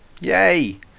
Yay